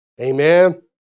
Amen